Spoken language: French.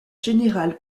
général